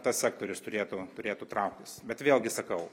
tas sektorius turėtų turėtų trauktis bet vėlgi sakau